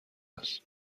است